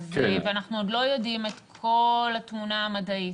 ואנחנו עוד לא יודעים את כל התמונה המדעית,